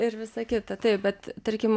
ir visą kitą taip bet tarkim